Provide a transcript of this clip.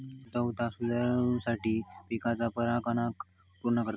गुणवत्ता सुधरवुसाठी पिकाच्या परागकणांका पुर्ण करता